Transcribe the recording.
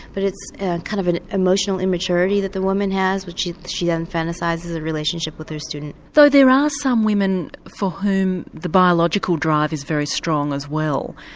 but it's a kind of emotional immaturity that the woman has in which she she and fantasises a relationship with her student. though there are some women for whom the biological drive is very strong as well,